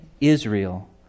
Israel